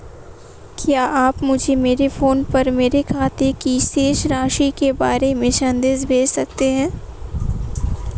क्या आप मुझे मेरे फ़ोन पर मेरे खाते की शेष राशि के बारे में संदेश भेज सकते हैं?